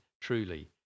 truly